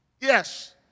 Yes